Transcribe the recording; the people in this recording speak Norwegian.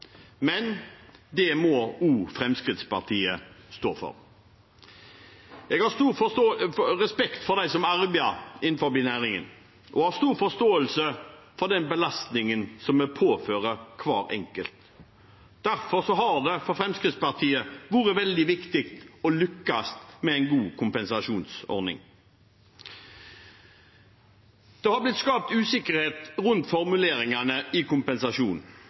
men det må også Fremskrittspartiet stå for. Jeg har stor respekt for dem som arbeider innen næringen, og har stor forståelse for den belastningen som vi påfører hver enkelt. Derfor har det for Fremskrittspartiet vært veldig viktig å lykkes med en god kompensasjonsordning. Det har blitt skapt usikkerhet rundt formuleringene i